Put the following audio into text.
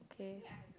okay